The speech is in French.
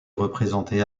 représenté